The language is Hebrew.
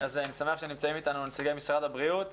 אני שמח שנמצאים אתנו נציגי משרד התרבות והספורט.